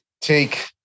take